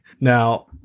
Now